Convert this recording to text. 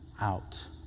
out